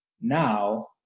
now